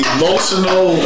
Emotional